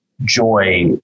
joy